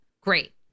great